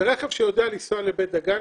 זה רכב שיודע לנסוע לבית דגן.